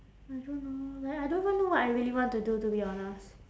I don't know like I don't even know what I really want to do to be honest